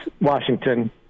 Washington